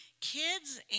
kids